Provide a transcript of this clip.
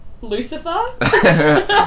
Lucifer